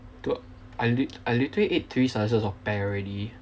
I lit~ I literally ate three slices of pear already